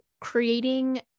creating